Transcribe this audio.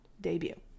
debut